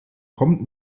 kommt